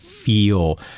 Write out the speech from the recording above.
feel